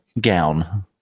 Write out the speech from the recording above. gown